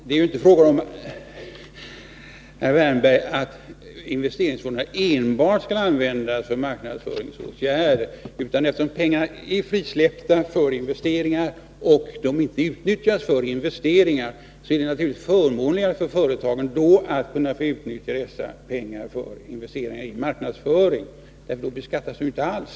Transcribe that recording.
Herr talman! Det är inte fråga om att investeringsfonderna enbart skall användas för marknadsföringsåtgärder, herr Wärnberg. Eftersom pengarna är frisläppta för investeringar och de inte utnyttjas för sådana, är det naturligtvis förmånligare för företagen att få utnyttja dem för investeringar i marknadsföring. Då beskattas de ju inte alls.